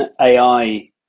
AI